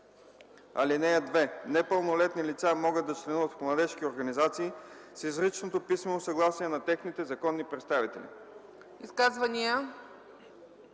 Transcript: (2) Непълнолетни лица могат да членуват в младежки организации с изричното писмено съгласие на техните законни представители.”